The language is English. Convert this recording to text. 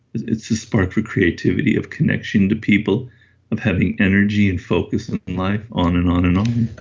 it's the spark for creativity of connection to people of having energy and focus in life on and on and um